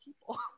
people